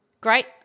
Great